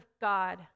God